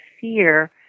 fear